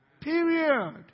Period